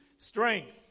strength